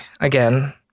again